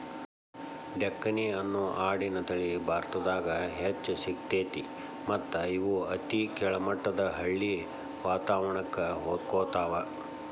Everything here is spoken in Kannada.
ಡೆಕ್ಕನಿ ಅನ್ನೋ ಆಡಿನ ತಳಿ ಭಾರತದಾಗ್ ಹೆಚ್ಚ್ ಸಿಗ್ತೇತಿ ಮತ್ತ್ ಇವು ಅತಿ ಕೆಳಮಟ್ಟದ ಹಳ್ಳಿ ವಾತವರಣಕ್ಕ ಹೊಂದ್ಕೊತಾವ